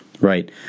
Right